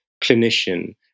clinician